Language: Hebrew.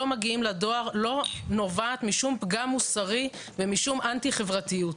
מגיעים לדואר לא נובעת משום פגם מוסרי ומשום אנטי חברתיות.